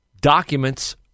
documents